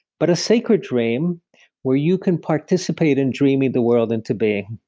but a sacred dream where you can participate in dreaming the world and to being.